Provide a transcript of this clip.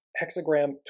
hexagram